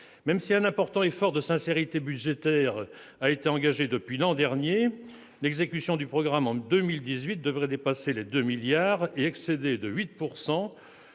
Même si un important effort de sincérité budgétaire a été engagé depuis l'an dernier, l'exécution du programme en 2018 devrait dépasser les 2 milliards d'euros et excéder de 8